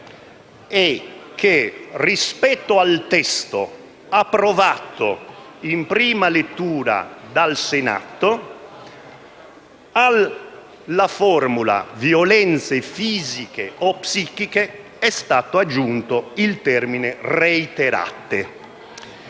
è che, rispetto al testo approvato in prima lettura dal Senato, alla formula «violenze fisiche o psichiche» è stato aggiunto il termine «reiterate».